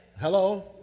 Hello